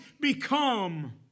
become